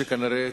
שכנראה